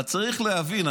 אבל צריך להבין.